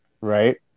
right